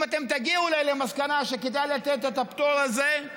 אם אתם תגיעו אולי למסקנה שכדאי לתת את הפטור הזה,